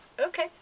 okay